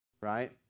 right